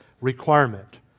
requirement